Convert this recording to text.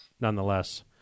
nonetheless